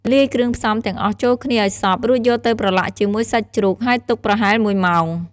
លាយគ្រឿងផ្សំទាំងអស់ចូលគ្នាឱ្យសព្វ រួចយកទៅប្រឡាក់ជាមួយសាច់ជ្រូក ហើយទុកប្រហែល ១ ម៉ោង។